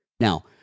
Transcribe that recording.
Now